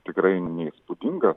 tikrai neįspūdinga